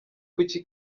kuki